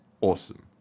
awesome